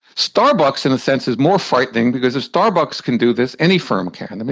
starbucks in a sense is more frightening because if starbucks can do this, any firm can. and and